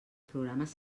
programes